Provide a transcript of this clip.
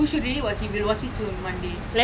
oh my god like onion lah